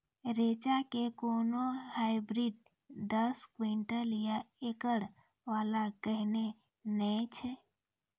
रेचा के कोनो हाइब्रिड दस क्विंटल या एकरऽ वाला कहिने नैय छै?